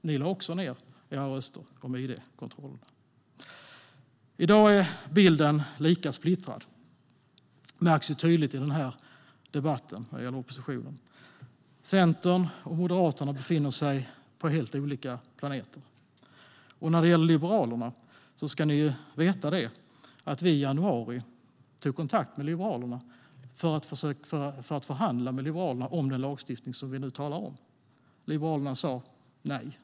Även ni lade ned era röster om id-kontrollerna. I dag är bilden lika splittrad. Det märks tydligt på oppositionen i den här debatten. Centern och Moderaterna befinner sig på helt olika planeter. När det gäller Liberalerna ska ni veta att vi i januari tog kontakt med dem för att förhandla om den lagstiftning som vi nu talar om. Liberalerna sa nej.